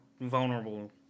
vulnerable